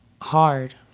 hard